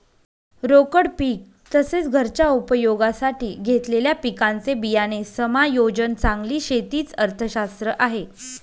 रोकड पीक तसेच, घरच्या उपयोगासाठी घेतलेल्या पिकांचे बियाणे समायोजन चांगली शेती च अर्थशास्त्र आहे